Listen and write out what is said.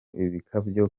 ibikabyo